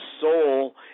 soul